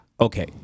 Okay